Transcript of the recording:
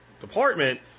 department